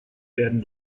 werden